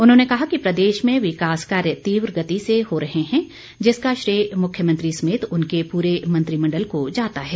उन्होंने कहा कि प्रदेश में विकास कार्य तीव्र गति से हो रहे हैं जिसका श्रेय मुख्यमंत्री समेत उनके पूरे मंत्रिमण्डल को जाता है